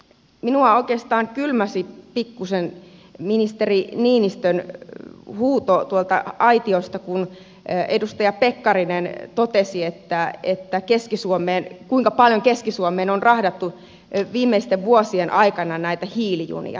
minua oikeastaan kylmäsi pikkuisen ministeri niinistön huuto tuolta aitiosta kun edustaja pekkarinen totesi että ä että keski suomeen kuinka paljon keski suomeen on rahdattu viimeisten vuosien aikana näitä hiilijunia